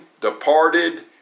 departed